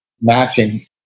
matching